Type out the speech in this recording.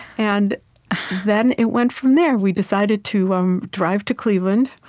and then it went from there. we decided to um drive to cleveland,